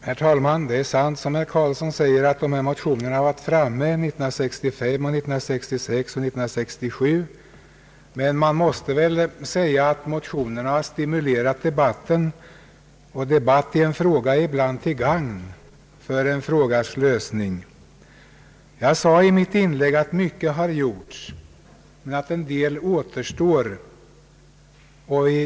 Herr talman! Det är sant som herr Karlsson säger att dessa motioner varit Om åtgärder till hjälp åt ensamstående uppe till behandling 1965, 1966 och 1967. Men man måste väl säga att motionerna stimulerat debatten, och debatt i en fråga är ibland till gagn för dess lösning. Jag sade i mitt inlägg, att mycket gjorts men att en del återstår att göra.